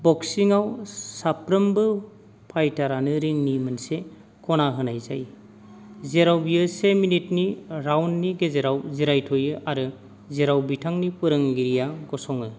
बक्सिङाव साफ्रोमबो फाइटारानो रिंनि मोनसे खना होनाय जायो जेराव बियो से मिनिटनि राउन्डनि गेजेराव जिरायथयो आरो जेराव बिथांनि फोरोंगिरिया गसङो